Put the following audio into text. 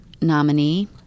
nominee